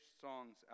songs